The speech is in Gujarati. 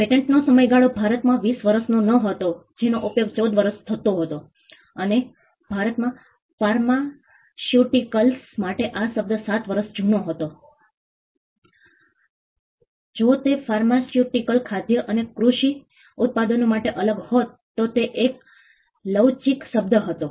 પેટન્ટનો સમયગાળો ભારતમાં 20 વર્ષનો નહોતો જેનો ઉપયોગ 14 વર્ષ થતો હતો અને ભારતમાં ફાર્માસ્યુટિકલ્સ માટે આ શબ્દ 7 વર્ષ સુધીનો હતો જો તે ફાર્માસ્યુટિકલ ખાદ્ય અને કૃષિ ઉત્પાદનો માટે અલગ હોત તો તે એક લવચીક શબ્દ હતો